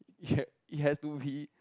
it has it has to be